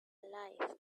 life